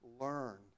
learn